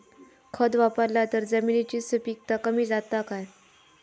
खत वापरला तर जमिनीची सुपीकता कमी जाता काय?